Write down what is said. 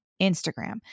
Instagram